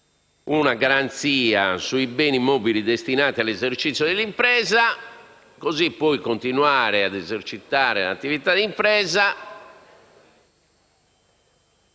una garanzia sui beni mobili destinati all'esercizio dell'impresa, per continuare a esercitare l'attività d'impresa